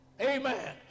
Amen